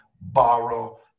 borrow